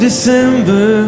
December